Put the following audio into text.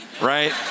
right